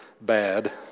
bad